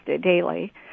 daily